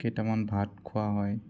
কেইটামান ভাত খোৱা হয়